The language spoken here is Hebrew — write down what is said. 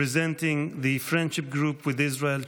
representing the Friendship Group with Israel,